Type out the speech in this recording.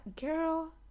girl